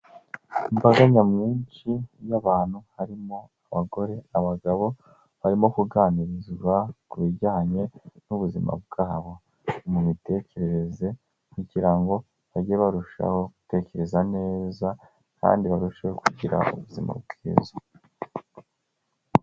Imbaga nyamwinshi y'abantu harimo abagore, abagabo, barimo kuganirazwa ku bijyanye n'ubuzima bwabo mu mitekerereze kugira ngo bajye barushaho gutekereza neza kandi barusheho kugira ubuzima bwiza.